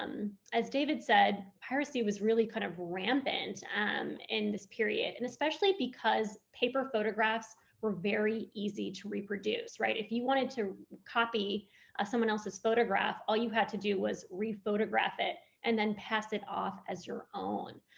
um as david said, piracy was really kind of rampant and in this period, and especially because paper photographs were very easy to reproduce, right? if you wanted to copy ah someone else's photograph, all you had to do was re-photograph it and then pass it off as your own.